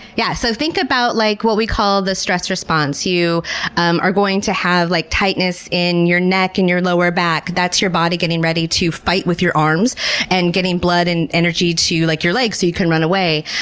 yeah so, think about like what we call the stress response. you um are going to have like tightness in your neck and your lower back. that's your body getting ready to fight with your arms and getting blood and energy to like your legs so you can run away.